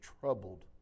troubled